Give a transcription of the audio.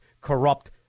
corrupt